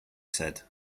said